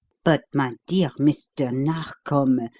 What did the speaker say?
but, my dear mr. narkom,